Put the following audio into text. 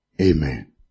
amen